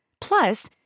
Plus